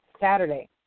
Saturday